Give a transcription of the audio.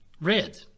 red